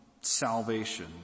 salvation